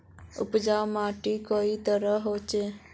उपजाऊ माटी कई तरहेर होचए?